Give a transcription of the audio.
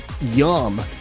yum